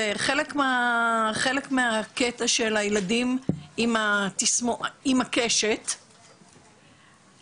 וחלק מהקטע של הילדים על קשת נזקי האלכוהול,